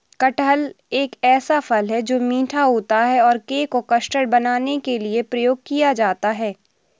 कटहल एक ऐसा फल है, जो मीठा होता है और केक और कस्टर्ड बनाने के लिए उपयोग किया जाता है